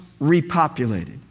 repopulated